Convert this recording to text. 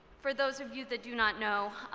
for those of you that do not know,